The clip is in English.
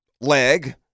leg